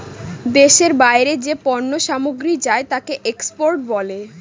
দেশের বাইরে যে পণ্য সামগ্রী যায় তাকে এক্সপোর্ট বলে